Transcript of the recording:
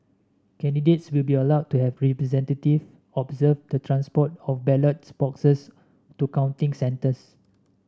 candidates will be allowed to have a representative observe the transport of ballots boxes to counting centres